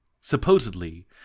Supposedly